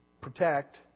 protect